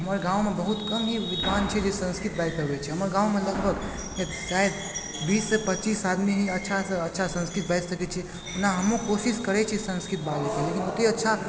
हमर गाँवमे बहुत कम ही विद्वान छै जे संस्कृत बाजि पबै छै हमर गाँवमे लगभग शायद बीससँ पच्चीस आदमी ही अच्छासँ अच्छा संस्कृत बाजि सकै छै ओना हमहुँ कोशिश करै छी संस्कृत बाजैके लेकिन ओतए अच्छा